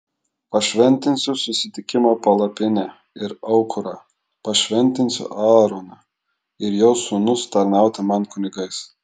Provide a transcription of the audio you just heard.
pašventinsiu susitikimo palapinę ir aukurą pašventinsiu aaroną ir jo sūnus tarnauti man kunigais